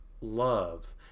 love